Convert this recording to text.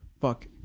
fuck